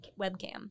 webcam